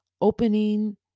opening